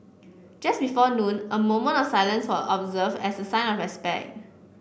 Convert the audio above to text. just before noon a moment of silence was observed as a sign of respect